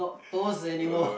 toes anymore